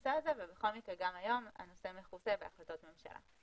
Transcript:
הנושא הזה ובכל מקרה גם היום הנושא מכוסה בהחלטות ממשלה.